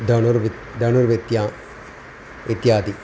दणुर्वि धनुर्विद्या इत्यादि